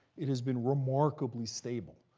it has been remarkably stable.